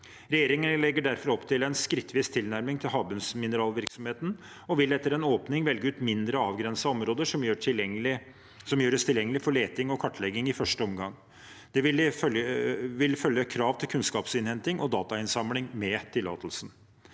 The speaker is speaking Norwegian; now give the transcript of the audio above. Regjeringen legger derfor opp til en skrittvis tilnærming til havbunnsmineralvirksomheten og vil etter en åpning velge ut mindre avgrensede områder som gjøres tilgjengelige for leting og kartlegging i første omgang. Med tillatelsen vil det følge krav til kunnskapsinnhenting og datainnsamling. En